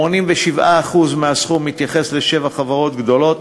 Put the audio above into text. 87% מהסכום מתייחס לשבע חברות גדולות.